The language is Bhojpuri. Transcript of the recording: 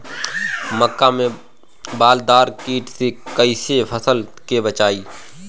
मक्का में बालदार कीट से कईसे फसल के बचाई?